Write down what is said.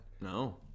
No